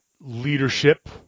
leadership